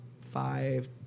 five